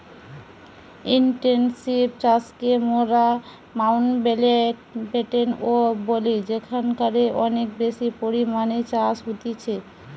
intensive চাষকে মোরা মাউন্টব্যাটেন ও বলি যেখানকারে অনেক বেশি পরিমাণে চাষ হতিছে